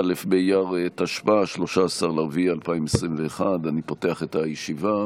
באייר תשפ"א, 13 באפריל 2021. אני פותח את הישיבה.